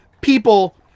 people